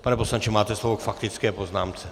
Pane poslanče, máte slovo k faktické poznámce.